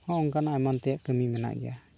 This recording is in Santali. ᱦᱚᱸ ᱮᱢᱟᱱ ᱛᱮᱭᱟᱜ ᱠᱟᱹᱢᱤ ᱢᱮᱱᱟᱜ ᱜᱮᱭᱟ